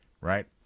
right